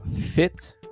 fit